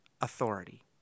authority